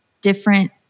different